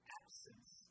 absence